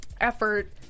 effort